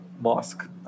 Mosque